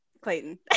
Clayton